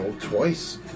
twice